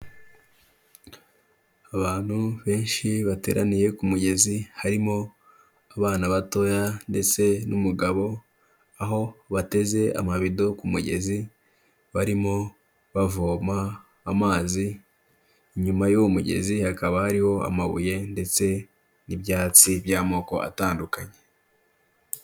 Abantu benshi bateraniye ku mugezi, harimo abana batoya ndetse n'umugabo, aho bateze amabido ku mugezi barimo bavoma amazi, inyuma y'uwo mugezi hakaba hariho amabuye ndetse n'ibyatsi by'amoko atandukanye.